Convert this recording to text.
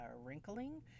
wrinkling